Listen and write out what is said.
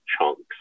chunks